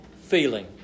feeling